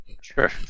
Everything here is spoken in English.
Sure